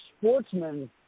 sportsman